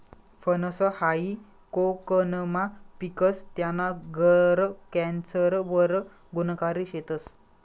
फनस हायी कोकनमा पिकस, त्याना गर कॅन्सर वर गुनकारी शेतस